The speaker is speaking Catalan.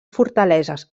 fortaleses